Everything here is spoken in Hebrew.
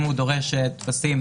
אם הוא דורש טפסים,